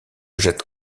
jette